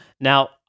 Now